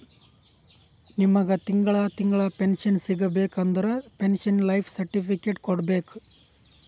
ನಿಮ್ಮಗ್ ತಿಂಗಳಾ ತಿಂಗಳಾ ಪೆನ್ಶನ್ ಸಿಗಬೇಕ ಅಂದುರ್ ಪೆನ್ಶನ್ ಲೈಫ್ ಸರ್ಟಿಫಿಕೇಟ್ ಕೊಡ್ಬೇಕ್